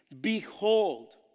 Behold